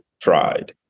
tried